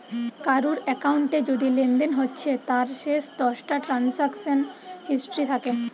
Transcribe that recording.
কারুর একাউন্টে যদি লেনদেন হচ্ছে তার শেষ দশটা ট্রানসাকশান হিস্ট্রি থাকে